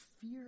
fear